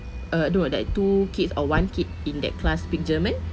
uh no that two kids or one kid in that class speak german